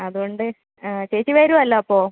അതുകൊണ്ട് ചേച്ചി വരുമല്ലൊ അപ്പോൾ